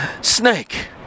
snake